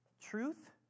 Truth